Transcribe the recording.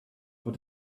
but